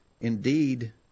indeed